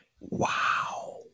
Wow